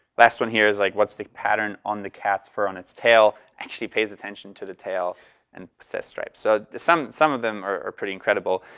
last one here is like what's the pattern on the cat's fur on its tail? actually pays attention to the tail and says stripe. so some some of them are pretty incredible.